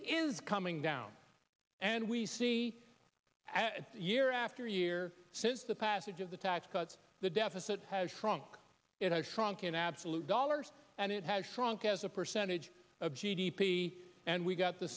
is coming down and we see year after year since the passage of the tax cuts the deficit has shrunk it has shrunk in absolute dollars and it has shrunk as a percentage of g d p and we got the